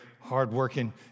hardworking